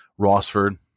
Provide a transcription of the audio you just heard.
Rossford